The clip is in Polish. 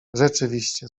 rzeczywiście